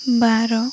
ବାର